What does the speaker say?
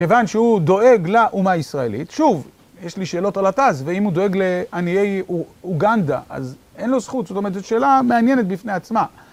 מכיוון שהוא דואג לאומה הישראלית. שוב, יש לי שאלות על התז, ואם הוא דואג לעניי אוגנדה, אז אין לו זכות? זאת אומרת, זאת שאלה מעניינת בפני עצמה.